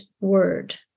word